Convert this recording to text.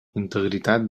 integritat